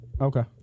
Okay